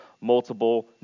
multiple